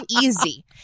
easy